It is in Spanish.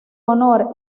honor